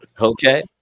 Okay